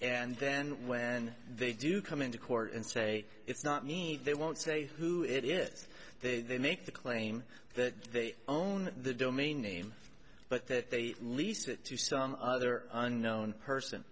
and then when they do come into court and say it's not need they won't say who it is they make the claim that they own the domain name but that they leased it to some other unknown person